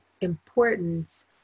importance